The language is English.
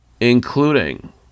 Including